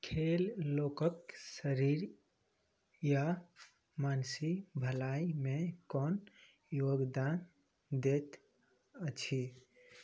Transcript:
खेल लोकके शरीर या मानसिक भलाइमे कोन योगदान दैत अछि